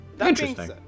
interesting